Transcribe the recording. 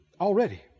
Already